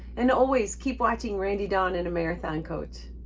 and always keep watching randy, dawn and a marathon coach.